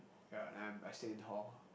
yeah and I stay in hall